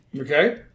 Okay